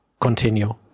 continue